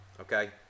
okay